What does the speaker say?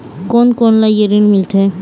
कोन कोन ला ये ऋण मिलथे?